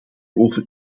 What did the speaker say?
over